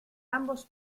ambos